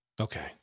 Okay